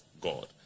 God